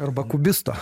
arba kubisto